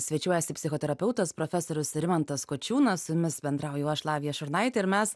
svečiuojasi psichoterapeutas profesorius rimantas kočiūnas su jumis bendrauju aš lavija šurnaitė ir mes